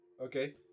Okay